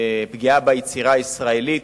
פגיעה ביצירה הישראלית,